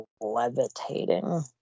levitating